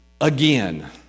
again